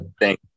Thank